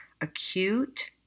acute